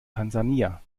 tansania